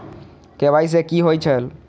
KYC कि होई छल?